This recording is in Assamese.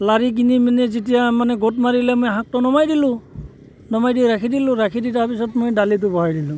লাৰি কিনি মানে যেতিয়া মানে গোট মাৰিলে মই শাকটো নমাই দিলোঁ নমাই দি ৰাখি দিলোঁ ৰাখি দি তাৰপিছত মই দালিটো বহাই দিলোঁ